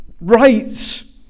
rights